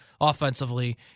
offensively